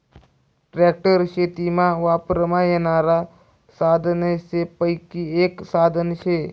tractor शेतीमा वापरमा येनारा साधनेसपैकी एक साधन शे